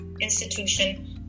institution